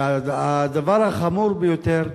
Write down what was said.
והדבר החמור ביותר,